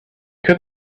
could